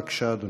בבקשה, אדוני.